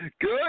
Good